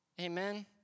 amen